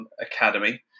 Academy